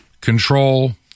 control